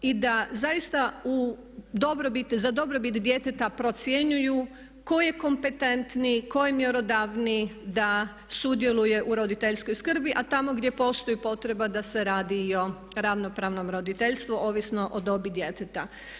I da zaista za dobrobit djeteta procjenjuju ko je kompetentniji, ko je mjerodavniji da sudjeluje u roditeljskoj skrbi, a tamo gdje postoji potreba da se radi o ravnopravnom roditeljstvu ovisno o dobi djeteta.